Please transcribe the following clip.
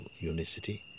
unicity